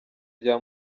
rya